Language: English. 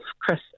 Chris